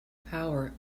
power